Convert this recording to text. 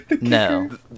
no